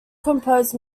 composed